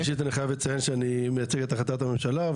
ראשית אני חייבת לציין שאני מייצג את החלטת הממשלה,